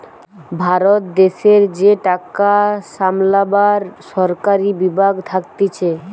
ভারত দেশের যে টাকা সামলাবার সরকারি বিভাগ থাকতিছে